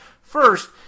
First